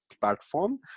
platform